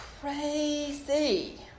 crazy